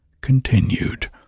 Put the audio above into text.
continued